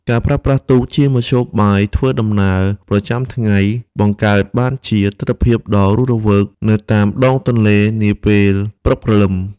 ការប្រើប្រាស់ទូកជាមធ្យោបាយធ្វើដំណើរប្រចាំថ្ងៃ បង្កើតបានជាទិដ្ឋភាពដ៏រស់រវើកនៅតាមដងទន្លេនាពេលព្រឹកព្រលឹម។